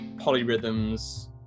polyrhythms